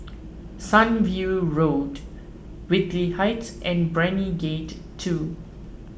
Sunview Road Whitley Heights and Brani Gate two